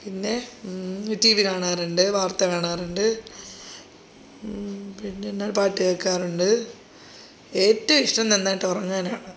പിന്നെ T V കാണാറുണ്ട് വാർത്ത കാണാറുണ്ട് പിന്നെ എന്നാൽ പാട്ടൂ കേൾക്കാറുണ്ട് ഏറ്റവും ഇഷ്ടം നന്നായിട്ട് ഉറങ്ങാനാണ്